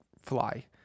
fly